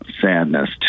sadness